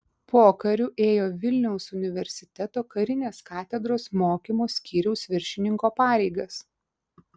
pokariu ėjo vilniaus universiteto karinės katedros mokymo skyriaus viršininko pareigas